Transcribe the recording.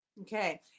Okay